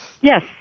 Yes